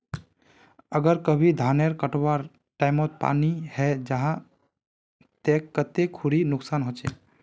अगर कभी धानेर कटवार टैमोत पानी है जहा ते कते खुरी नुकसान होचए?